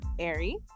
Ari